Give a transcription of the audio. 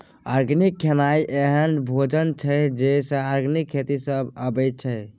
organic खेनाइ एहन भोजन छै जे आर्गेनिक खेती सँ अबै छै